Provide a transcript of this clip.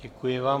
Děkuji vám.